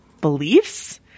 beliefs